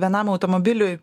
vienam automobiliui